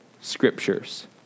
scriptures